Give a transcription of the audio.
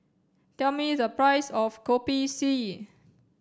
tell me the price of Kopi C